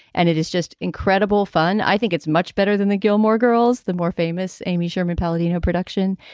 and it is just incredible fun. i think it's much better than the gilmore girls, the more famous amy sherman-palladino production.